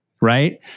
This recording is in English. Right